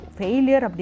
failure